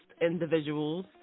individuals